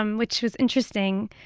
um which is interesting.